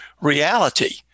reality